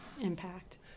impact